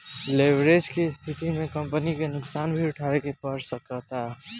leverage के स्थिति में कंपनी के नुकसान भी उठावे के पड़ सकता